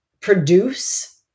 produce